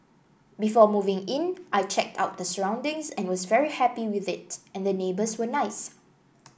before moving in I checked out the surroundings and was very happy with it and the neighbours were nice